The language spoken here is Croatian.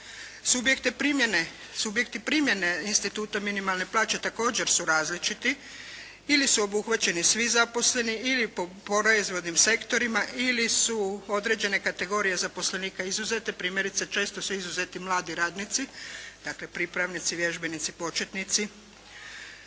Subjekti primjene instituta minimalne plaće također su različiti. Ili su obuhvaćeni svi zaposleni ili po proizvodnim sektorima, ili su određene kategorije zaposlenika izuzete. Primjerice, često su izuzeti mladi radnici, dakle pripravnici, vježbenici, početnici,